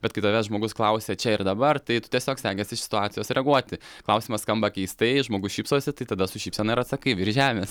bet kai tavęs žmogus klausia čia ir dabar tai tu tiesiog stengies iš situacijos reaguoti klausimas skamba keistai žmogus šypsosi tai tada su šypsena ir atsakai virš žemės